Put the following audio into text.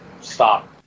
stop